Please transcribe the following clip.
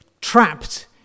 trapped